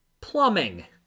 plumbing